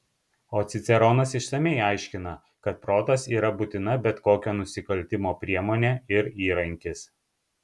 o ciceronas išsamiai aiškina kad protas yra būtina bet kokio nusikaltimo priemonė ir įrankis